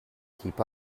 keep